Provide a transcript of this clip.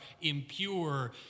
impure